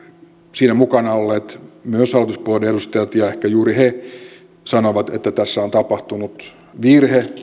siinä mukana olleet myös hallituspuolueiden edustajat ja ehkä juuri he sanoivat että tässä hallituksen liikkeellelähdössä on tapahtunut virhe